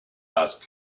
ask